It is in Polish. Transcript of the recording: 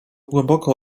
głęboko